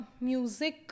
music